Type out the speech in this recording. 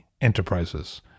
Enterprises